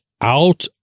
out